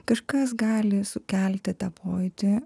kažkas gali sukelti tą pojūtį